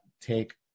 take